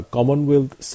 Commonwealth